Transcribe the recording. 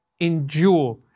endure